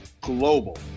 global